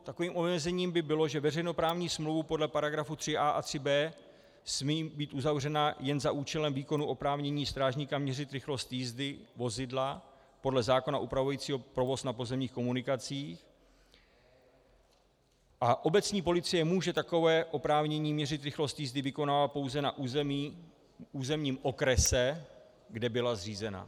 Takovým omezením by bylo, že veřejnoprávní smlouva podle § 3a a 3b smí být uzavřena jen za účelem výkonu oprávnění strážníka měřit rychlost jízdy vozidla podle zákona upravujícího provoz na pozemních komunikacích a obecní policie může takové oprávnění měřit rychlost jízdy vykonávat pouze na územním okrese, kde byla zřízena.